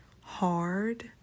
hard